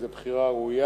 זאת בחירה ראויה.